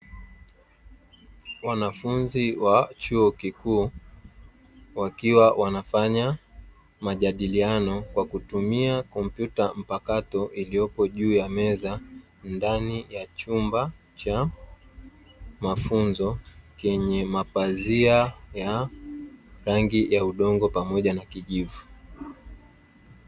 Wanafunzi wa chuo kikuu wakiwa wanafanya majadiliano kwa kutumia kompyuta mpakato, iliyopo juu ya meza ndani ya chumba cha mafunzo chenye mapazia ya rangi ya udongo pamoja na kijivu.